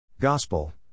Gospel